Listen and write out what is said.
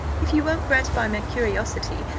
if you won't gratify my curiosity,